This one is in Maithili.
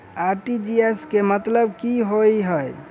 आर.टी.जी.एस केँ मतलब की होइ हय?